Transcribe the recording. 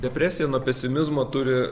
depresija nuo pesimizmo turi